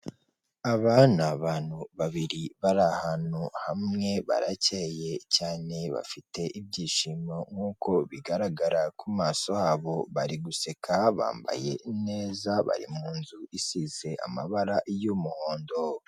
Aba ni abantu babiri bari ahantu hamwe, baracye cyane bafite ibyishimo nk'uko bigaragara ku maso habo, bari guseka, bambaye neza, bari mu nzu isize amabara y'umuhondo.